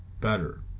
better